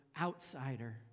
outsider